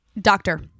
Doctor